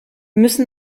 müssen